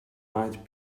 might